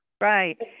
Right